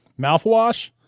Mouthwash